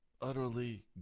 utterly